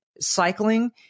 cycling